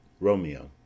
ROMEO